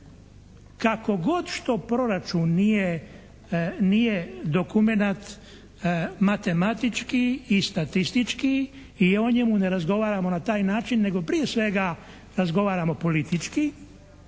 kako god što proračun nije dokumenat matematički i statistički i o njemu ne razgovaramo na taj način nego prije svega razgovaramo politički